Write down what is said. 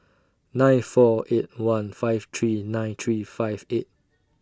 nine four eight one five three nine three five eight